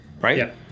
right